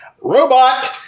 robot